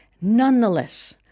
Nonetheless